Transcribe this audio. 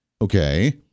Okay